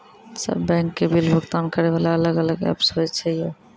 सब बैंक के बिल भुगतान करे वाला अलग अलग ऐप्स होय छै यो?